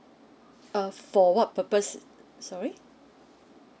uh for what purpose sorry